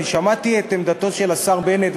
אני שמעתי את עמדתו של השר בנט,